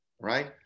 right